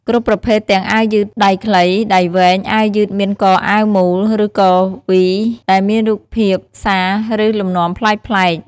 គ្រប់ប្រភេទទាំងអាវយឺតដៃខ្លី ដៃវែង អាវយឺតមានកអាវមូល ឬកវី ដែលមានរូបភាព សារ ឬលំនាំប្លែកៗ។